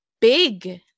big